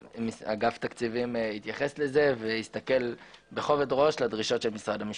אגף התקציבים יתייחס לזה ויתייחס בכובד ראש לדרישות של משרד המשפטים.